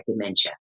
dementia